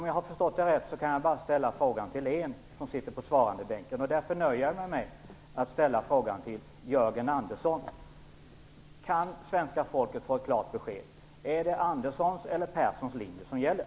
Om jag har förstått saken rätt kan jag bara ställa frågan till en på svarandebänken, och därför nöjer jag mig med att ställa frågan till Jörgen Andersson. Kan svenska folket få ett klart besked? Är det Anderssons eller Perssons linje som gäller?